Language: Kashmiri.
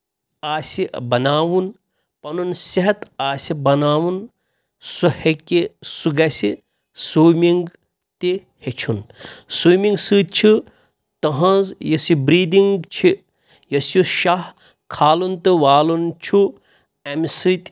آسہِ بناوُن پَنُن صحت آسہِ بناوُن سُہ ہیٚکہِ سُہ گژھِ سُومِنٛگ تہِ ہیٚچھُن سُومِنٛگ سۭتۍ چھُ تُہٕنٛز یُس یہِ برٛیٖدِنٛگ چھِ یۄس یہِ شاہ کھالُن تہٕ والُن چھُ اَمہِ سۭتۍ